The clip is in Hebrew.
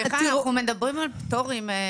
אנחנו מדברים על פטורים.